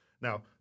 Now